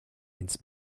its